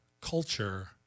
culture